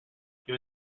was